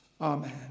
Amen